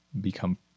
become